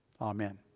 Amen